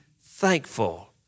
thankful